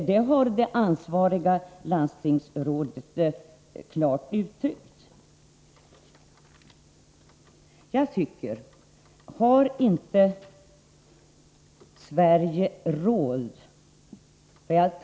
Det har det ansvariga landstingsrådet klart uttryckt.